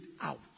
out